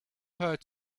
heard